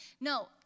No